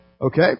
Okay